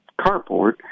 carport